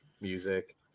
music